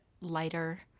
lighter